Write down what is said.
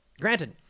Granted